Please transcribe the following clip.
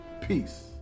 Peace